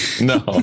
No